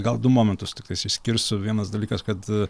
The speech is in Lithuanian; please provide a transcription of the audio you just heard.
gal du momentus tiktais išskirsiu vienas dalykas kad